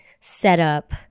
setup